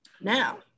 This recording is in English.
Now